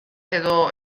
edo